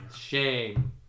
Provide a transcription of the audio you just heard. Shame